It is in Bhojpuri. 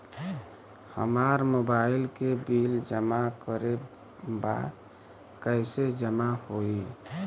हमार मोबाइल के बिल जमा करे बा कैसे जमा होई?